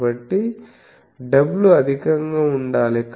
కాబట్టి w అధికంగా ఉండాలి